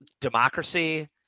democracy